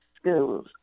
schools